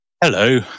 Hello